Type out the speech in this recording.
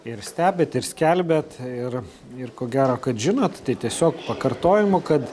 ir stebit ir skelbiat ir ir ko gero kad žinot tai tiesiog pakartojimu kad